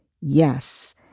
yes